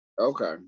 Okay